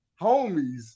homies